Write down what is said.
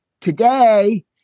Today